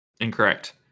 Incorrect